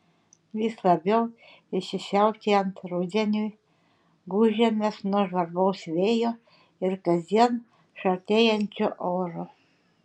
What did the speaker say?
vis labiau įsisiautėjant rudeniui gūžiamės nuo žvarbaus vėjo ir kasdien šaltėjančio oro